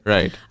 Right